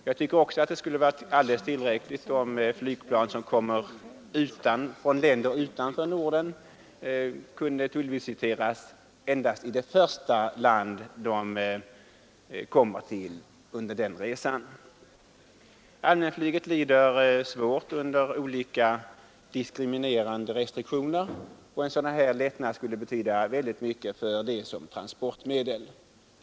Jag tycker också att det skulle vara alldeles tillräckligt om flygplan som kommer från länder utanför Norden tullvisiterades endast i det första land de kommer till under resan. Allmänflyget lider svårt under olika diskriminerande restriktioner, och en sådan här lättnad skulle betyda mycket för allmänflyget som transportmedel.